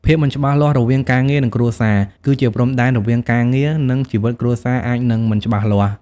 ភាពមិនច្បាស់លាស់រវាងការងារ និងគ្រួសារ គឺជាព្រំដែនរវាងការងារ និងជីវិតគ្រួសារអាចនឹងមិនច្បាស់លាស់។